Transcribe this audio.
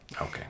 Okay